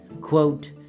Quote